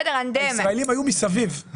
הישראלים היו מסביב,